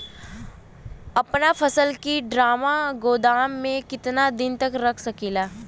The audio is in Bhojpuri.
अपना फसल की ड्रामा गोदाम में कितना दिन तक रख सकीला?